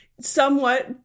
somewhat